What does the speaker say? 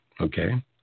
okay